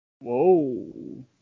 Whoa